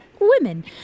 women